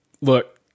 look